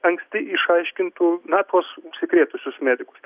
anksti išaiškintų na tuos užsikrėtusius medikus